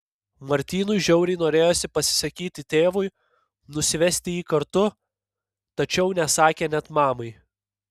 martynui žiauriai norėjosi pasisakyti tėvui nusivesti jį kartu tačiau nesakė net mamai